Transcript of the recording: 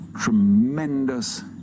tremendous